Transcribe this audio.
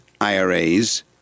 IRAs